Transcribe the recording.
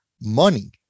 money